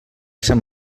sant